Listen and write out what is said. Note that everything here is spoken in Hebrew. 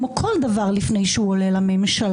כמו כל דבר לפני שהוא עולה לממשלה,